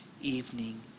evening